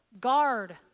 guard